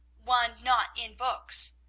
one not in books.